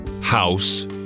house